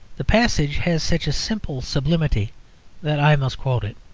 the passage has such simple sublimity that i must quote it